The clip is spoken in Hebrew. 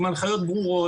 עם הנחיות ברורות,